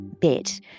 bit